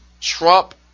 Trump